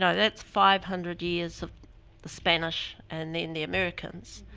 yeah that's five hundred years of the spanish and then the americans.